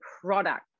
product